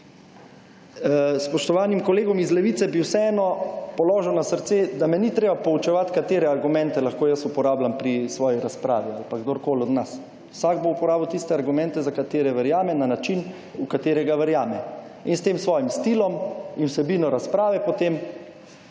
Spoštovanim kolegom iz Levice bi vseeno položil na srce, da me ni treba poučevat, katere argumente lahko jaz uporabljam pri svoji razpravi ali pa kdorkoli od nas. Vsak bo uporabil tiste argumente, za katere verjame, na način, v katerega verjame in s tem svojim stilom in vsebino razprave potem